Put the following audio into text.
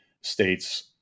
states